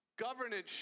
Governance